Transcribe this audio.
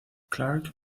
clark